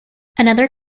another